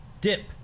Dip